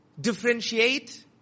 differentiate